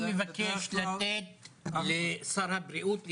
אני מבקש לתת לשר הבריאות לשעבר,